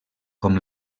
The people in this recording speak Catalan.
com